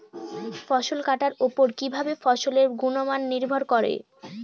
ফসল কাটার উপর কিভাবে ফসলের গুণমান নির্ভর করে?